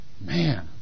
man